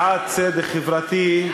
בעד צדק חברתי,